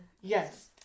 Yes